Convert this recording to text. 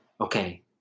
Okay